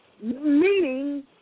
meaning